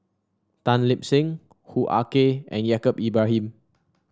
Tan Lip Seng Hoo Ah Kay and Yaacob Ibrahim